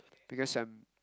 because I'm